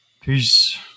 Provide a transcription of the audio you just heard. Peace